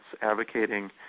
advocating